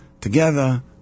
together